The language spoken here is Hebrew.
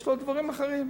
יש לה דברים אחרים.